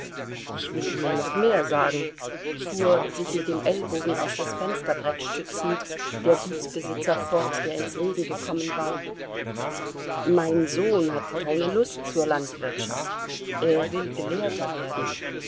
ich will ihnen noch mehr sagen fuhr sich mit dem ellbogen auf das fensterbrett stützend der gutsbesitzer fort der ins reden gekommen war mein sohn hat keine lust zur landwirtschaft er will gelehrter werden